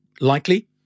likely